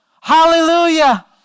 Hallelujah